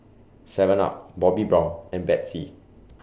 Seven up Bobbi Brown and Betsy